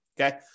Okay